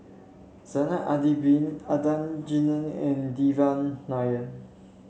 Zainal Abidin Adan Jimenez and Devan Nair